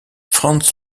frans